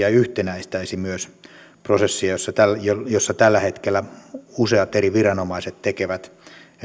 ja myös yhtenäistäisi tätä prosessia jossa tällä jossa tällä hetkellä useat eri viranomaiset tekevät